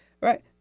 right